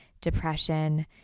depression